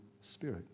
spirit